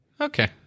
Okay